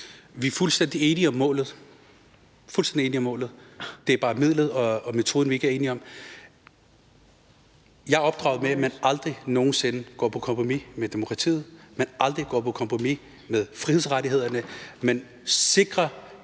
– fuldstændig enige. Det er bare midlet og metoden, vi ikke er enige om. Jeg er opdraget med, at man aldrig nogen sinde går på kompromis med demokratiet, at man aldrig nogen sinde går på kompromis med frihedsrettighederne, men at